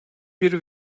bir